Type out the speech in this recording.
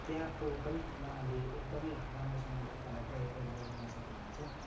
त्यहाँको पनि उहाँले एकदमै राम्रोसँगले तपाईँलाई गाइड गरेर लान सक्नु हुनेछ